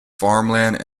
farmland